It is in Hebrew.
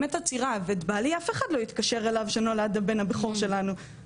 באמת עצירה ואת בעלי אף אחד לא התקשר אליו שנולד הבן הבכור שלנו,